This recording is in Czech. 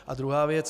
A druhá věc.